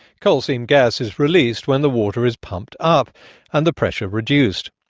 coal seam gas is released when the water is pumped up and the pressure reduced.